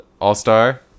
All-Star